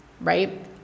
right